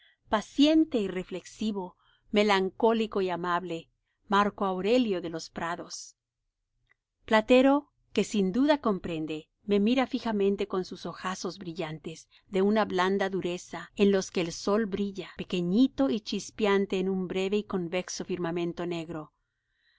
paciente y reflexivo melancólico y amable marco aurelio de los prados platero que sin duda comprende me mira fijamente con sus ojazos brillantes de una blanda dureza en los que el sol brilla pequeñito y chispeante en un breve y convexo firmamento negro